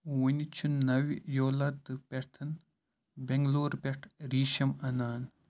وُنہِ چھِ نَوِ یولا تہٕ پیتھَن بٮ۪نٛگلور پٮ۪ٹھ ریٖشَم اَنان